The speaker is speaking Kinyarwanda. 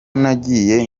nagiye